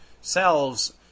selves